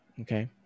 okay